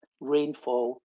rainfall